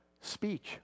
Speech